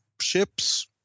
ships